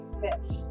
fit